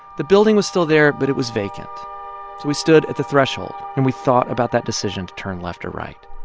the building was still there, but it was vacant. so we stood at the threshold, and we thought about that decision to turn left or right.